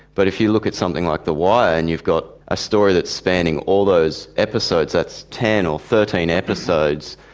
but if you look at something like the wire and you've got a story that's spanning all those episodes, that's ten or thirteen episodes,